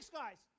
guys